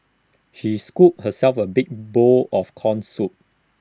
she scooped herself A big bowl of Corn Soup